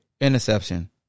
interception